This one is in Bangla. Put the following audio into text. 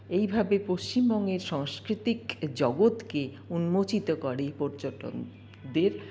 এইভাবে পশ্চিমবঙ্গের সাংস্কৃতিক জগৎকে উন্মোচিত করে পর্যটকদের